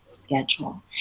schedule